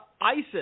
ISIS